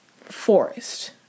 forest